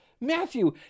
Matthew